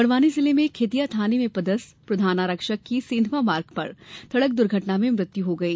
बड़वानी जिले में खेतिया थाने में पदस्थ प्रधान आरक्षक की सेंधवा मार्ग पर सड़क द्र्घटना में मृत्यू हो गई